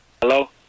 Hello